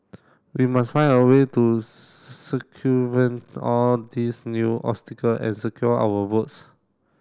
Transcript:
we must find a way to circumvent all these new obstacle and secure our votes